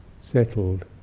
settled